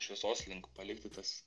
šviesos link palikti tas